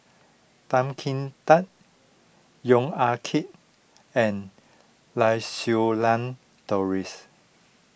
Tan Kim Tan Yong Ah Kee and Lau Siew Lang Doris